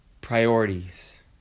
priorities